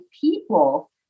people